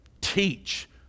Teach